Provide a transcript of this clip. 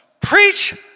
preach